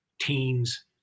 teens